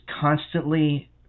constantly